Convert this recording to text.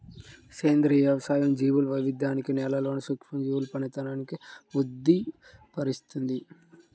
సేంద్రియ వ్యవసాయం జీవుల వైవిధ్యాన్ని, నేలలోని సూక్ష్మజీవుల పనితనాన్ని వృద్ది పరుస్తుంది